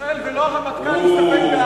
מנחם אותי,